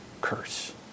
curse